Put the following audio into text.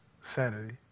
sanity